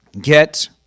get